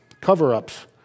Cover-ups